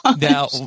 now